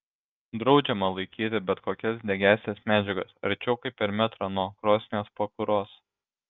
draudžiama laikyti bet kokias degiąsias medžiagas arčiau kaip per metrą nuo krosnies pakuros